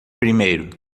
primeiro